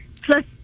Plus